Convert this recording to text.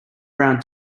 brown